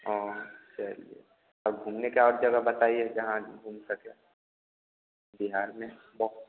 हाँ चलिए अब घूमने की और जगह बताइए जहाँ घूम सकें बिहार में वह